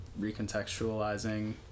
recontextualizing